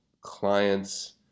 clients